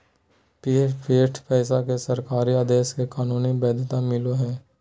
fiat पैसा के सरकारी आदेश से कानूनी वैध्यता मिलो हय